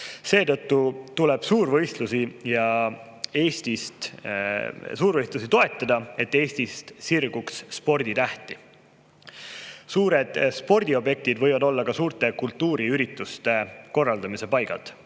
Seetõttu tuleb suurvõistlusi ja Eesti suurüritusi toetada, et Eestist sirguks sporditähti. Suured spordiobjektid võivad olla ka suurte kultuuriürituste korraldamise paigad.